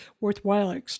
worthwhile